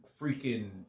freaking